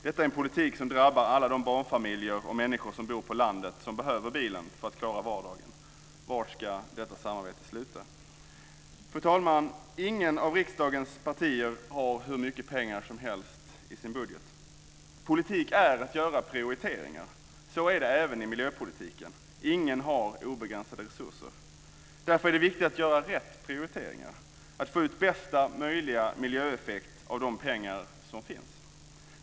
Detta är en politik som drabbar alla de barnfamiljer och människor som bor på landet och som behöver bilen för att klara vardagen. Var ska det sluta? Fru talman! Inget av riksdagens partier har hur mycket pengar som helst i sin budget. Politik är att göra prioriteringar. Så är det även i miljöpolitiken. Ingen har obegränsade resurser. Därför är det viktigt att göra rätt prioriteringar, att få ut bästa möjliga miljöeffekt av de pengar som finns.